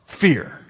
fear